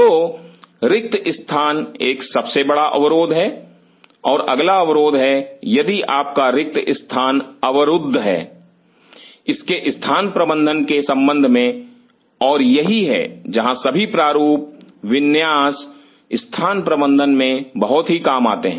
तो रिक्त स्थान एक सबसे बड़ा अवरोध है और अगला अवरोध है यदि आपका रिक्त स्थान अवरुद्ध है इसके स्थान प्रबंधन के संबंध में और यही है जहां सभी प्रारूप विन्यास स्थान प्रबंधन में बहुत ही काम आते हैं